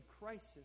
crisis